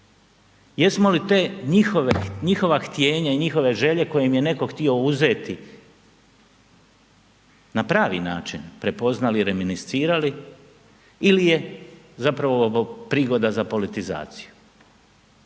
Jesmo li te njihove, njihova htjenja i njihove želje koje im je netko htio uzeti na pravi način prepoznali i reminiscirali ili je zapravo ovo prigoda za politizaciju